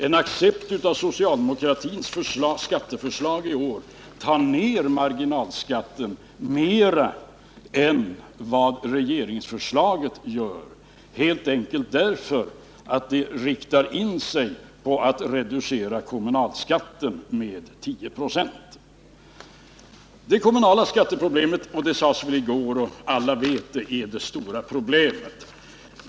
En accept av socialdemokratins skatteförslag i år tar ned marginalskatten mer än vad regeringsförslaget gör, helt enkelt därför att det riktar in sig på att reducera kommunalskatten med 10 96. Det kommunala skatteproblemet — det sades i går och alla vet det — är det stora problemet.